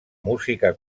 música